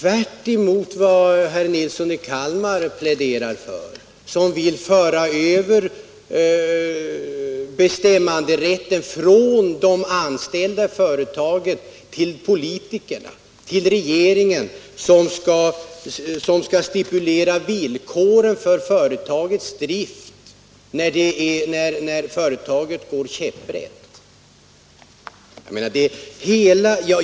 Herr Nilsson i Kalmar vill föra över bestämmanderätten från de anställda i företaget till politikerna. Regeringen skall stipulera villkoren för företagets fortsatta drift även när företaget går käpprätt åt skogen.